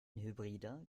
hybride